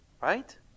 Right